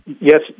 Yes